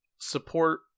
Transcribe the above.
Support